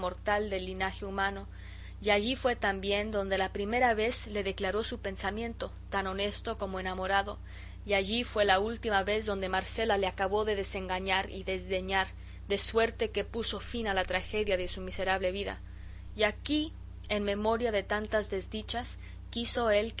del linaje humano y allí fue también donde la primera vez le declaró su pensamiento tan honesto como enamorado y allí fue la última vez donde marcela le acabó de desengañar y desdeñar de suerte que puso fin a la tragedia de su miserable vida y aquí en memoria de tantas desdichas quiso él